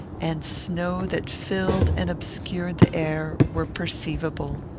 and snow that filled and obscured the air, were perceivable.